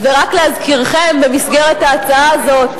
ורק להזכירכם, במסגרת ההצעה הזאת